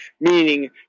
Meaning